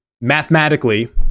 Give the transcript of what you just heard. mathematically